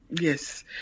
Yes